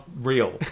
real